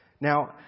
Now